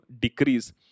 decrease